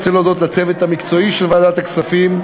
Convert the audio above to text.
אני רוצה להודות לצוות המקצועי של ועדת הכספים: